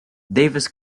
davis